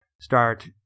start